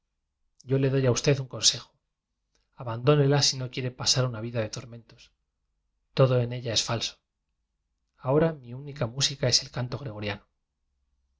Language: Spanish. yo le doy a usted un conse jo abandónela sino quiere pasar una vida de tormentos todo en ella es falso aho ra mi única música es el canto gregoria